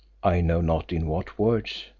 i know not in what words.